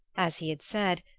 as he had said,